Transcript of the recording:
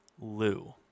Lou